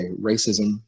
racism